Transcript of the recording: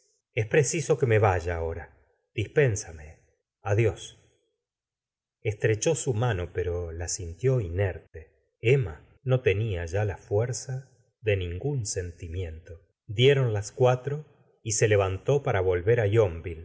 es preciso que me vaya ahora dispénsame a dios estrechó su mano pero la sintió inerte emma no tenia ya la fuerza de ningún sentimiento dieron las cuatro y se levantó para volver á